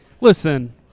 Listen